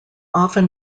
often